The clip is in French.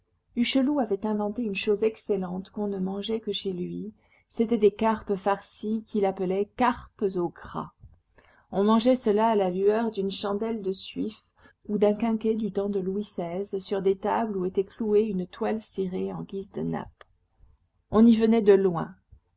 hucheloup avait inventé une chose excellente qu'on ne mangeait que chez lui c'étaient des carpes farcies qu'il appelait carpes au gras on mangeait cela à la lueur d'une chandelle de suif ou d'un quinquet du temps de louis xvi sur des tables où était clouée une toile cirée en guise de nappe on y venait de loin